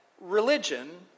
religion